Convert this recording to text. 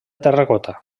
terracota